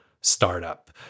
startup